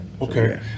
okay